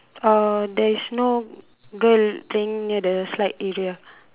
uh there is no girl playing near the slide area